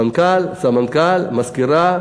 מנכ"ל, סמנכ"ל, מזכירה,